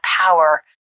power